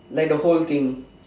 like the whole thing